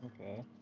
Okay